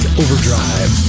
overdrive